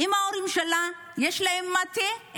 האם ההורים שלה, יש להם מטה?